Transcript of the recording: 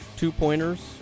two-pointers